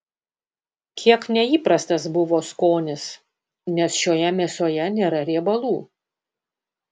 kiek neįprastas buvo skonis nes šioje mėsoje nėra riebalų